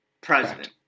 president